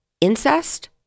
incest